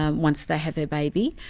ah once they have their baby,